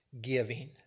giving